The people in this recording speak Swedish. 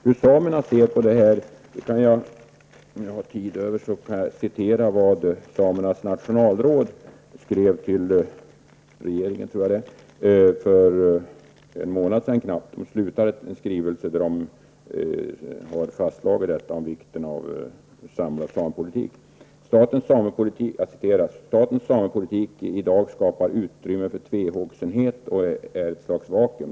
Hur samerna ser på det här framgår av en skrivelse från samernas nationalråd till, tror jag, regeringen för knappt en månad sedan. I skrivelsen fastslås vikten av en samlad samepolitik. Det står så här: Statens samepolitik i dag skapar utrymme för tvehågsenhet och ett slags vakuum.